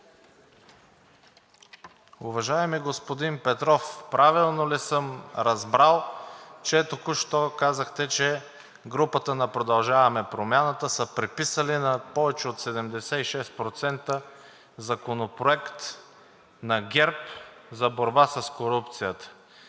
Уважаеми господин Петров, правилно ли съм разбрал, че току-що казахте, че групата на „Продължаваме Промяната“ са преписали над повече от 76% законопроект на ГЕРБ за борба с корупцията?